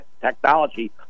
technology